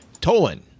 tolan